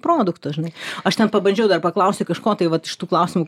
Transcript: produkto žinai aš ten pabandžiau dar paklausti kažko tai vat iš tų klausimų